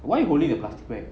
why you holding the plastic bag